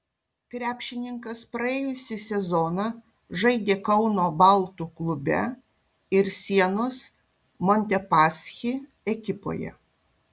krepšininkas praėjusį sezoną žaidė kauno baltų klube ir sienos montepaschi ekipoje